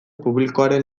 publikoaren